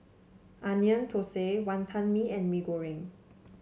Onion Thosai Wantan Mee and Mee Goreng